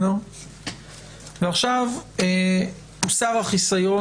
הוסר החיסיון,